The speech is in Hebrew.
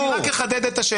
אני רק אחדד את השאלה.